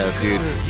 dude